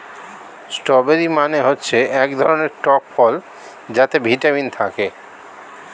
strawberry মানে হচ্ছে এক ধরনের টক ফল যাতে ভিটামিন থাকে